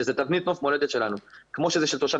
שזה תבנית מולדת שלנו כמו שזה של תושב